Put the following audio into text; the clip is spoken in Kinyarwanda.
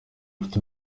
ufite